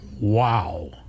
Wow